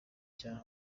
cya